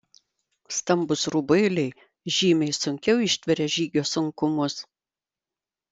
stambūs rubuiliai žymiai sunkiau ištveria žygio sunkumus